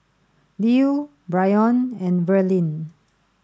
Lew Brion and Verlene